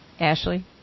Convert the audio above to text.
Ashley